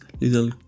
little